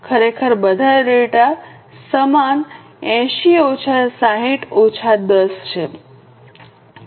ખરેખર બધા ડેટા સમાન 80 ઓછા 60 ઓછા 10 છે